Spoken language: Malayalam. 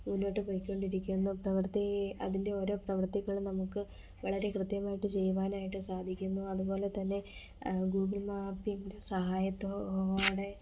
മുന്നോട്ട് പോയി കൊണ്ടിരിക്കുന്നു പ്രവർത്തി അതിൻ്റെ ഓരോ പ്രവർത്തികളും നമുക്ക് വളരെ കൃത്യവായിട്ട് ചെയ്യുവാനായിട്ട് സാധിക്കുന്നു അതുപോലെ തന്നേ ഗൂഗിൾ മാപ്പിൻ്റെ സഹായത്തോടെ